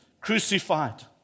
crucified